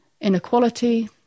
inequality